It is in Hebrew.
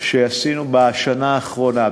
שעשינו בשנה האחרונה,